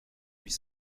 huit